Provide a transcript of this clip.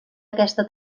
aquesta